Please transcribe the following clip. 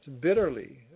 bitterly